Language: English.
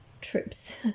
trips